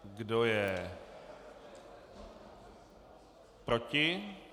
Kdo je proti?